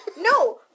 no